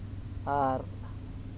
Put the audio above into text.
ᱟᱨ